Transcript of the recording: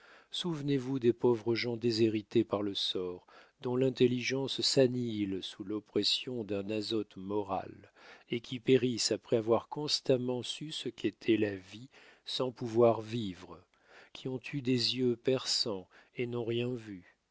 souvenez-vous des pauvres gens déshérités par le sort dont l'intelligence s'annihile sous l'oppression d'un azote moral et qui périssent après avoir constamment su ce qu'était la vie sans pouvoir vivre qui ont eu des yeux perçants et n'ont rien vu